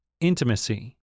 Intimacy